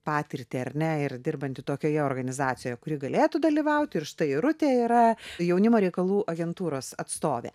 patirtį ar ne ir dirbanti tokioje organizacijoje kuri galėtų dalyvauti ir štai irutė yra jaunimo reikalų agentūros atstovė